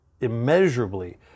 immeasurably